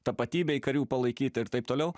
tapatybei karių palaikyti ir taip toliau